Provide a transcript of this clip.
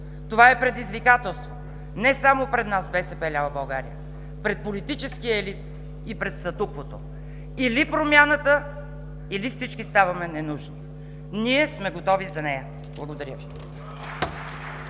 Това е предизвикателство не само пред нас, “БСП лява България”, а пред политическия елит и пред статуквото. Или промяната, или всички ставаме ненужни. Ние сме готови за нея. Благодаря Ви.